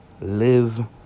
live